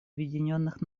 объединенных